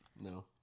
No